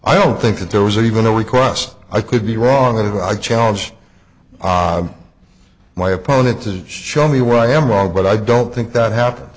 i don't think that there was even a request i could be wrong that i challenge my opponent to show me where i am wrong but i don't think that happen